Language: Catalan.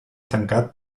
tancat